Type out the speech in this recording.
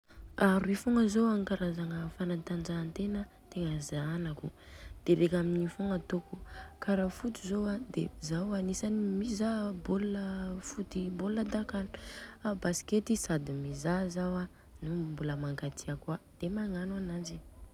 A roy fogna zô an karazagna fanatanjahantena tegna zahanako de raka amin io fogna atôko. Kara Foot zô an de zaho agnisany mizaha bôl foot bôl dakana fa basket sady mizaha Zao nô mbola mankatia de magnano ananjy.